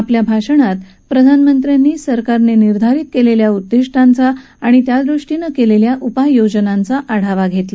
आपल्या भाषणात प्रधानमत्र्यांनी सरकारने निर्धारित केलेल्या उद्दिष्टांचा आणि त्यादृष्टीनं केलेल्या उपायायोजनांचा आढावा घेतला